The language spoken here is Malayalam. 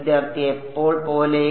വിദ്യാർത്ഥി എപ്പോൾ പോലെ